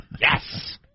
Yes